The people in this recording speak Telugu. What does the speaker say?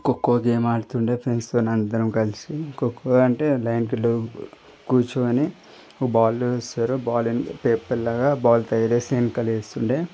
ఖోఖో గేమ్ ఆడుతుండే ఫ్రెండ్స్తో అందరం కలిసి ఖోఖో అంటే లైన్ లో కూర్చొని ఓ బాల్ వేస్తారు బాల్ పేపర్ లాగా బాల్ తయారు చేసి వెనకాల వేస్తుండే